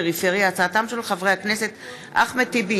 בהצעתם של חברי הכנסת אחמד טיבי,